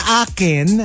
akin